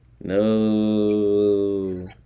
no